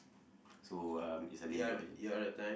so um it's a lame joke actually